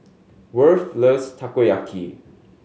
Worth loves Takoyaki